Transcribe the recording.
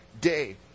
day